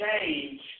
change